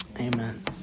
amen